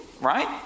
right